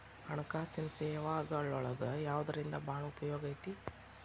ಹಣ್ಕಾಸಿನ್ ಸೇವಾಗಳೊಳಗ ಯವ್ದರಿಂದಾ ಭಾಳ್ ಉಪಯೊಗೈತಿ?